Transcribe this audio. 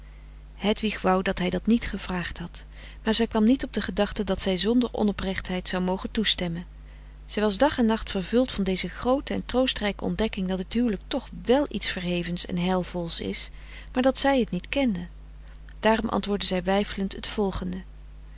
hedwig wou dat hij dat niet gevraagd had maar zij kwam niet op de gedachte dat zij zonder onoprechtheid zou mogen toestemmen zij was dag en nacht frederik van eeden van de koele meren des doods vervuld van deze groote en troostrijke ontdekking dat het huwelijk toch wèl iets verhevens en heilvols is maar dat zij het niet kende daarom antwoordde zij weifelend het volgende